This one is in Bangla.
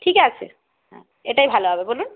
ঠিক আছে হ্যাঁ এটাই ভালো হবে বলুন